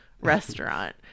restaurant